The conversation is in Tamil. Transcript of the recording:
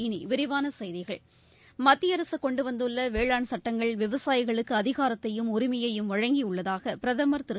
இனி விரிவான செய்திகள் மத்திய அரசு கொண்டு வந்துள்ள வேளாண் சட்டங்கள் விவசாயிகளுக்கு அதிகாரத்தையும் உரிமையையும் வழங்கி உள்ளதாக பிரதமர் திரு